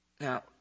Now